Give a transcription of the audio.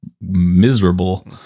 miserable